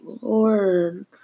lord